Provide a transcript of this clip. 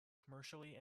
commercially